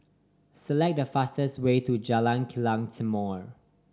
select the fastest way to Jalan Kilang Timor